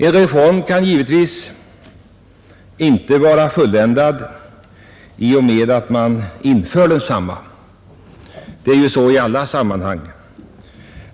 En reform är givetvis inte fulländad i och med att den införs. Det är ju så i alla sammanhang.